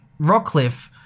Rockcliffe